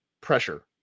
pressure